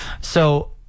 So-